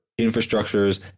infrastructures